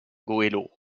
goëlo